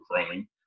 growing